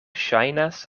ŝajnas